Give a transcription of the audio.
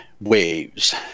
waves